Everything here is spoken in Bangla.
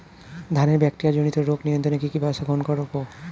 ধানের ব্যাকটেরিয়া জনিত রোগ নিয়ন্ত্রণে কি কি ব্যবস্থা গ্রহণ করব?